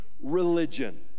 religion